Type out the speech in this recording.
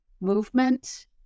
movement